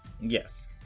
Yes